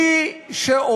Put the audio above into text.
מה זה?